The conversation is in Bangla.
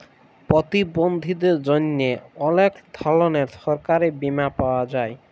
পরতিবলধীদের জ্যনহে অলেক ধরলের সরকারি বীমা পাওয়া যায়